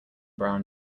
brown